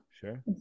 Sure